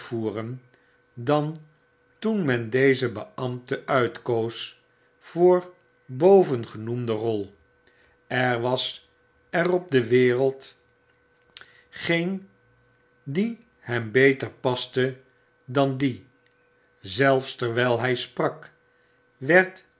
dan toen men dezen beambte uitkoos voor bovengenoemde rol er was er op de wereld geen die hem beter paste dan die zelfs terwijl hy sprak werd